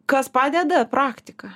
kas padeda praktika